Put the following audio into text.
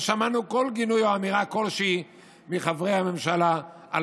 לא שמענו כל גינוי או אמירה כלשהי מחברי הממשלה על